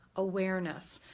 awareness?